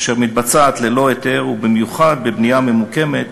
אשר מתבצעת ללא היתר, ובמיוחד בנייה הממוקמת